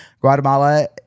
Guatemala